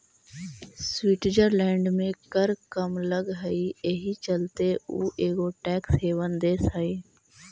Switzerland में कर कम लग हई एहि चलते उ एगो टैक्स हेवन देश हई